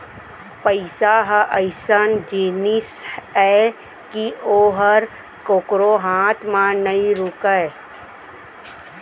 पइसा ह अइसन जिनिस अय कि ओहर कोकरो हाथ म नइ रूकय